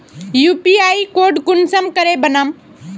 UPI code कुंसम करे बनाम?